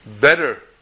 better